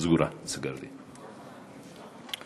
בסם אללה א-רחמאן א-רחים.